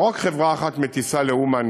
לא רק חברה אחת מטיסה לאומן,